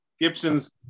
Gibsons